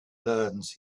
learns